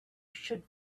should